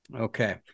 Okay